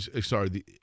sorry